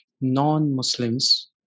non-Muslims